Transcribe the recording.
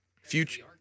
future